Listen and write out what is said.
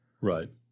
Right